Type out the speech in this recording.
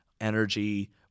energy